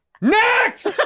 Next